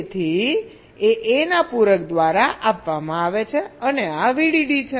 તેથી એ A ના પૂરક દ્વારા આપવામાં આવે છે અને આ વીડીડી છે